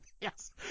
yes